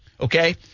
okay